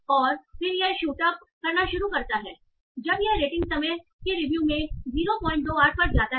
और फिर यह शूट अप करना शुरू करता है जब यह रेटिंग समय की रिव्यू में 028 पर जाता है